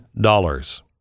dollars